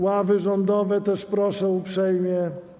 Ławy rządowe też proszę uprzejmie.